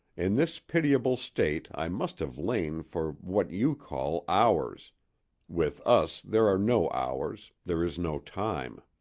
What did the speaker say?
in this pitiable state i must have lain for what you call hours with us there are no hours, there is no time.